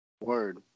Word